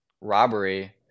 robbery